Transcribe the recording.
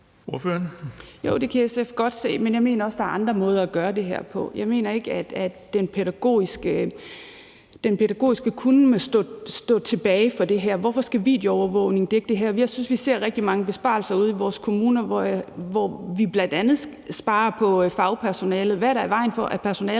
det kan SF godt se, men jeg mener også, der er andre måder at gøre det her på. Jeg mener ikke, at den pædagogiske kunnen må stå tilbage for det her. Hvorfor skal videoovervågning dække det her? Jeg synes, vi ser rigtig mange besparelser ude i vores kommuner, hvor vi bl.a. sparer på fagpersonalet. Hvad er der i vejen for, at personalet